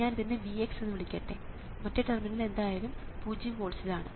ഞാൻ ഇതിനെ Vx എന്ന് വിളിക്കട്ടെ മറ്റേ ടെർമിനൽ എന്തായാലും പൂജ്യം വോൾട്സ്ൽ ആണ്